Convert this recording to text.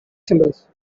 symbols